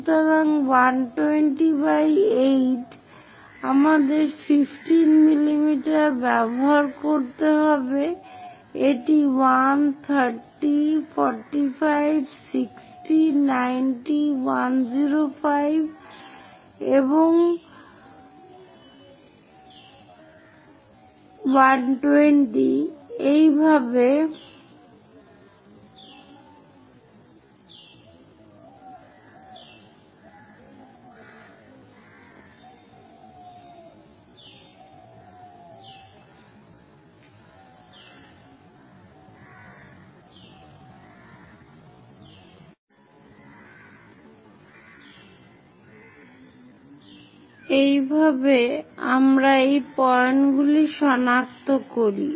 সুতরাং 120 8 আমাদের 15 mm ব্যবহার করতে হবে এটি 1 30 45 60 90 105 এবং 12 এইভাবে আমরা এই পয়েন্টগুলি সনাক্ত করি